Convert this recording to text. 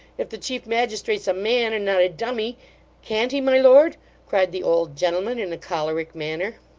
if the chief magistrate's a man, and not a dummy can't he, my lord cried the old gentleman in a choleric manner.